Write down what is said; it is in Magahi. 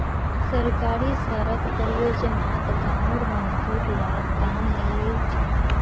सरकारी सड़क परियोजनात गांउर मजदूर लाक काम मिलील छ